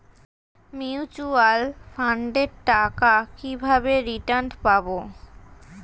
Mutual ফান্ডের টাকা কিভাবে রিটার্ন পাব?